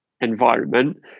environment